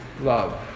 love